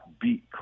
beat